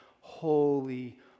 holy